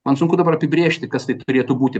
man sunku dabar apibrėžti kas tai turėtų būti